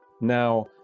Now